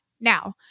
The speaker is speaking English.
Now